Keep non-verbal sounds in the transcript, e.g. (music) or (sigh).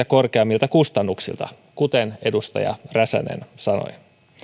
(unintelligible) korkeammilta kustannuksilta kuten edustaja räsänen sanoi